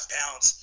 pounds